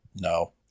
No